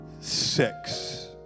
Six